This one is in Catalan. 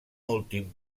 últim